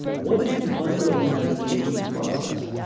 what is the underlying aging process?